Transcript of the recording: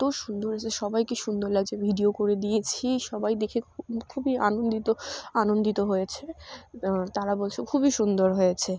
এত সুন্দর হয়েছে সবাইকে সুন্দর লাগছে ভিডিও করে দিয়েছি সবাই দেখে খুবই আনন্দিত আনন্দিত হয়েছে তারা বলছে খুবই সুন্দর হয়েছে